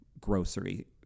grocery